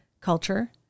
culture